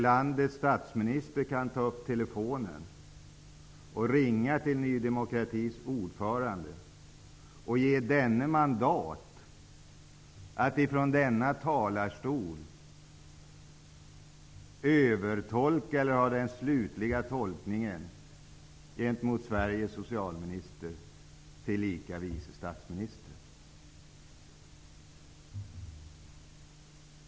Landets statsminister kan lyfta telefonluren och ringa till Ny demokratis ordförande och ge denne mandat att ifrån denna talarstol övertolka den slutliga tolkningen gentemot Sveriges socialminister, tillika vice statsminister.